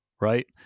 Right